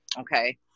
okay